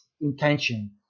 intention